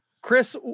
chris